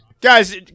Guys